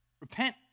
Repent